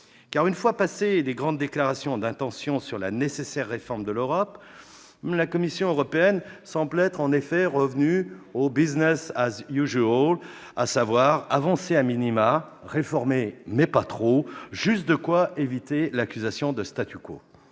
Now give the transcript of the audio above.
Une fois passées les grandes déclarations d'intention sur la nécessaire réforme de l'Europe, la Commission européenne semble être en effet revenue au «», à savoir avancer, réformer mais pas trop, suffisamment pour éviter l'accusation de ...